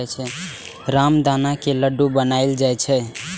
रामदाना के लड्डू बनाएल जाइ छै